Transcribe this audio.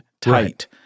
tight—